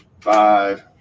five